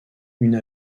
une